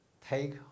take